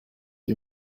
you